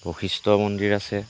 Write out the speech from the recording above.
বশিষ্ঠ মন্দিৰ আছে